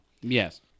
Yes